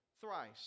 thrice